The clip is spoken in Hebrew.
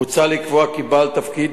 מוצע לקבוע כי בעל תפקיד,